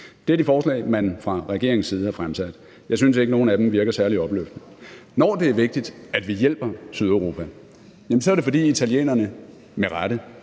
Det er de forslag, man fra regeringens side har fremsat. Jeg synes ikke, at nogen af dem virker særlig opløftende. Når det er vigtigt, at vi hjælper Sydeuropa, så er det, fordi italienerne med rette